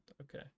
okay